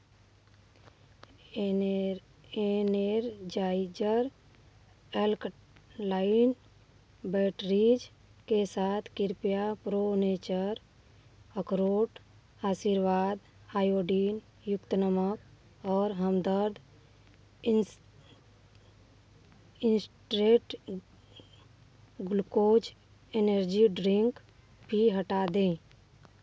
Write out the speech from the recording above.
एनेर Energizer एल्कलाइव batteries के साथ कृपया प्रो नेचर अखरोट आशीर्वाद आयोडीन युक्त नमक और हमदर्द इन्स इन्सट्रेट ग्लूकोज एनर्जी ड्रिंक भी हटा दें